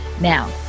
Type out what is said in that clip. Now